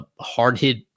hard-hit